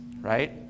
right